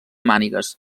mànigues